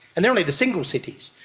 and they are only the single cities.